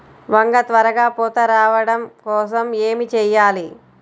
వంగ త్వరగా పూత రావడం కోసం ఏమి చెయ్యాలి?